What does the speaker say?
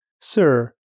Sir